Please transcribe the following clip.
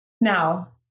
Now